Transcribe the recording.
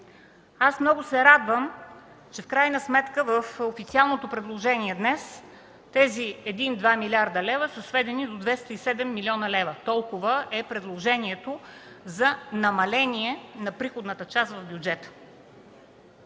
Много се радвам, че в крайна сметка в официалното предложение днес тези един-два милиарда лева са сведени до 207 млн. лв. Толкова е предложението за намаление на приходната част в бюджета.